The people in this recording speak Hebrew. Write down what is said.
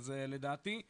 לדעתי,